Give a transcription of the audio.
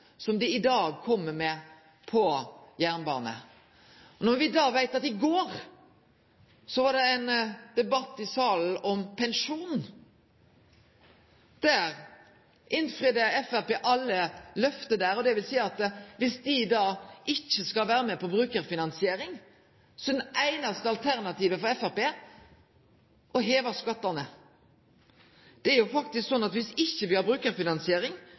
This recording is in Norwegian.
som dei i dag kjem med til jernbane. Vi veit at i går var det ein debatt i salen om pensjon, og der innfridde Framstegspartiet alle løfte. Det vil seie at om dei ikkje skal vere med på brukarfinansieringa, er det einaste alternativet for Framstegspartiet å heve skattane. Det er faktisk sånn at om me ikkje har brukarfinansiering,